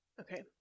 okay